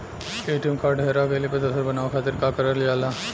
ATM card हेरा गइल पर दोसर बनवावे खातिर का करल जाला?